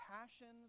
passions